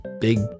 big